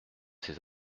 ces